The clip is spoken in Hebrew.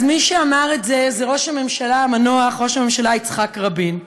אז מי שאמר את זה זה ראש הממשלה המנוח יצחק רבין.